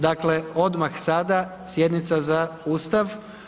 Dakle, odmah sada, sjednica za Ustav.